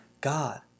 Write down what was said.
God